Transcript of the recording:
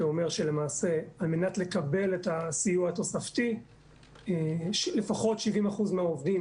שאומר שלמעשה על מנת לקבל את הסיוע התוספתי לפחות 70% מהעובדים